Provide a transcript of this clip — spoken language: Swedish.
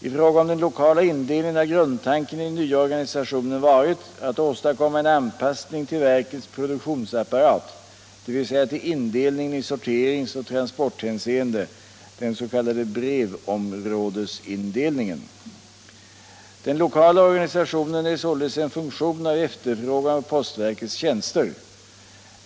I fråga om den lokala indelningen har grundtanken i den nya organisationen varit att åstadkomma en anpassning till verkets produktionsapparat, dvs. till indelningen i sorterings och transporthänseende, den s.k. brevområdesindelningen. Den lokala organisationen är således en funktion av efterfrågan på postverkets tjänster.